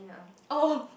oh